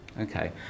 Okay